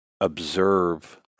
observe